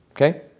Okay